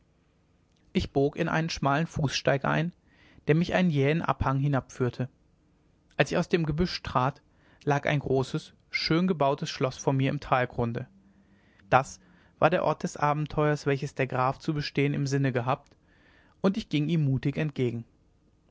ich bog in einen schmalen fußsteig ein der mich einen jähen abhang hinabführte als ich aus dem gebüsch trat lag ein großes schön gebautes schloß vor mir im talgrunde das war der ort des abenteuers welches der graf zu bestehen im sinne gehabt und ich ging ihm mutig entgegen